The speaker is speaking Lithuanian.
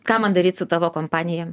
ką man daryt su tavo kompanija